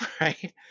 right